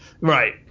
Right